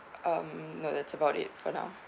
um no that's about it for now